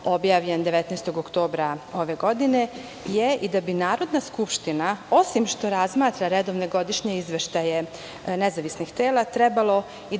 objavljen 19. oktobra ove godine, je i da bi Narodna skupština, osim što razmatra redovne godišnje izveštaje nezavisnih tela, trebalo i da